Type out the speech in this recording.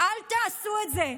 אל תעשו את זה,